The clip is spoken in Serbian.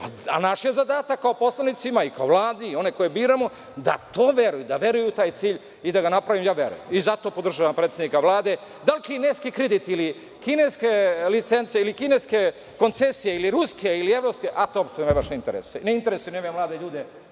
naš je zadatak kao poslanika i kao Vladi, i one koje biramo, da to veruju, da veruju u taj cilj i da ga naprave. I ja verujem. Zato podržavam predsednika Vlade. Da li kineski kredit ili kineske licence, ili kineske koncesije ili ruske ili evropske, ako vas baš to interesuje. Ne interesuje ni ove mlade ljude